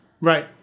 Right